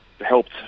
helped